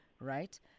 right